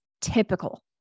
typical